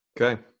Okay